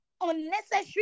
unnecessary